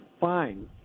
fine